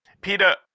Peter